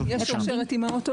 אם יש שרשרת אימהות,